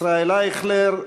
ישראל אייכלר?